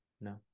No